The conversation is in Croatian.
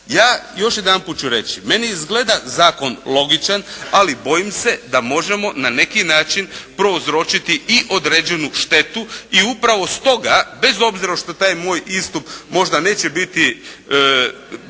Ja još jedanput ću reći. Meni izgleda zakon logičan, ali bojim se da možemo na neki način prouzročiti i određenu štetu i upravo stoga bez obzira što taj moj istup možda neće biti,